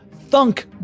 Thunk